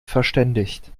verständigt